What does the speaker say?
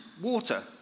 water